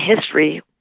history